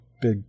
big